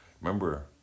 Remember